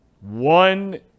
One